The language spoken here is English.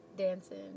dancing